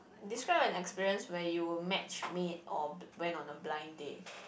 describe an experience where you were match made or bl~ went on a blind date